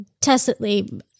tacitly